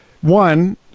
one